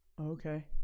Okay